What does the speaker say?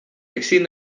ezin